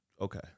Okay